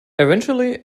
eventually